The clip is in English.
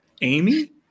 Amy